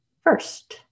First